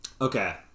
Okay